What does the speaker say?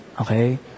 Okay